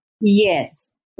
yes